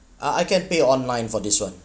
ah I can pay online for this [one]